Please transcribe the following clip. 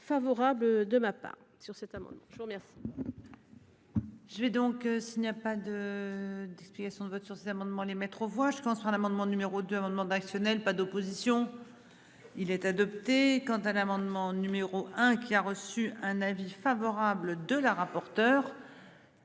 Je vais donc s'il n'y a pas de d'explication de vote sur cet amendement les mettre aux voix je pense l'amendement numéro 2 amendements d'ActionAid, pas d'opposition. Il est adopté. Quant à l'amendement numéro 1 qui a reçu un avis favorable de la rapporteure.